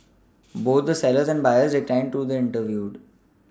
both the sellers and buyers declined to be interviewed